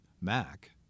MAC